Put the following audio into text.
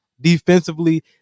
defensively